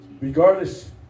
Regardless